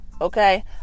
Okay